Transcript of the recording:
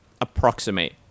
approximate